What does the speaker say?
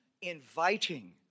inviting